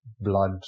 blood